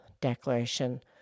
Declaration